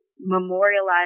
memorialize